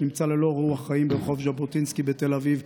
נמצא ללא רוח חיים ברחוב ז'בוטינסקי בתל אביב,